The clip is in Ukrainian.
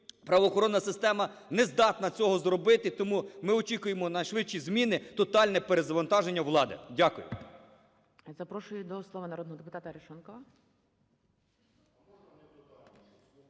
правоохоронна система не здатна цього зробити. Тому ми очікуємо на швидші зміни, тотальне перезавантаження влади. Дякую.